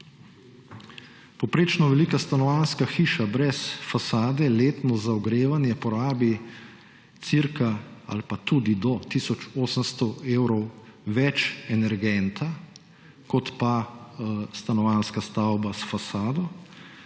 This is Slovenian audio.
Povprečno velika stanovanjska hiša brez fasade letno za ogrevanje porabi cirka ali pa tudi do tisoč 800 evrov več energenta kot pa stanovanjska stavba s fasado